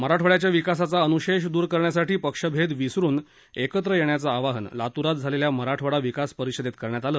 मराठवाङ्याच्या विकासाचा अनुशेष दुर करण्यासाठी पक्षभेद विसरून एकत्र येण्याच आवाहन लातूरात झालेल्या मराठवाडा विकास परिषदेत करण्यात आलं